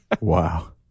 Wow